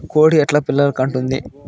కోడి ఎట్లా పిల్లలు కంటుంది?